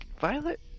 violet